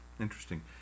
Interesting